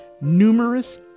numerous